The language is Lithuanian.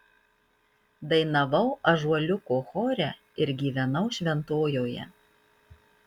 dainavau ąžuoliuko chore ir gyvenau šventojoje